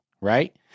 Right